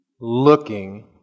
looking